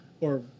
or-